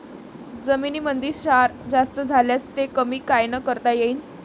जमीनीमंदी क्षार जास्त झाल्यास ते कमी कायनं करता येईन?